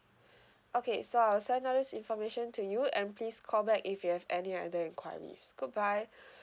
okay so I'll send all this information to you and please call back if you have any other enquiries good bye